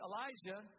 Elijah